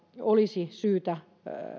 olisi syytä